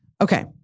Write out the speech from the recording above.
Okay